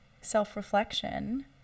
self-reflection